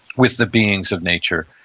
with the beings of nature,